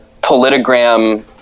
politogram